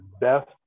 best